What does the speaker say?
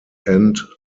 end